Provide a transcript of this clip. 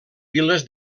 viles